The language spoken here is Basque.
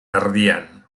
erdian